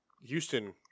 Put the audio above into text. Houston